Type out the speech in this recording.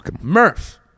Murph